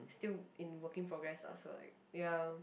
still in working progress lah so I ya